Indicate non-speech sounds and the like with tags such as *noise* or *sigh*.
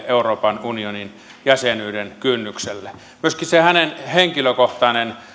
*unintelligible* euroopan unionin jäsenyyden kynnykselle myöskin se hänen henkilökohtainen